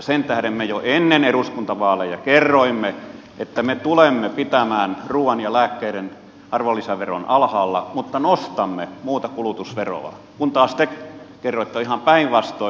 sen tähden me jo ennen eduskuntavaaleja kerroimme että me tulemme pitämään ruuan ja lääkkeiden arvonlisäveron alhaalla mutta nostamme muuta kulutusveroa kun taas te kerroitte ihan päinvastoin